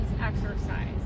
exercise